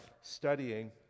studying